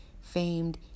famed